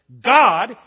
God